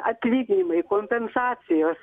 atlyginimai kompensacijos